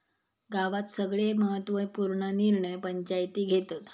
गावात सगळे महत्त्व पूर्ण निर्णय पंचायती घेतत